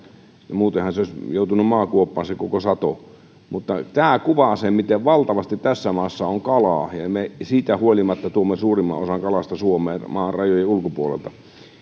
muutenhan se olisi joutunut maakuoppaan koko sato mutta tämä kuvaa sen miten valtavasti tässä maassa on kalaa ja ja me siitä huolimatta tuomme suurimman osan kalasta suomeen maan rajojen ulkopuolelta